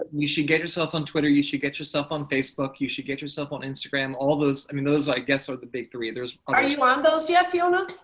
you should get yourself on twitter. you should get yourself on facebook. you should get yourself on instagram, all those. i mean those i guess are the big three. are ah you on those yet fiona?